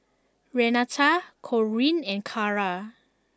Renata Corinne and Cara